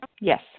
Yes